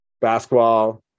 basketball